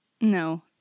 No